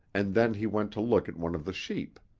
and then he went to look at one of the sheep.